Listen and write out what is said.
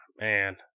Man